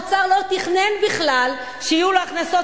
האוצר לא תכנן בכלל שיהיו לו הכנסות